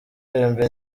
uririmba